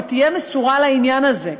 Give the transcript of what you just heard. תהיה מסורה לעניין הזה.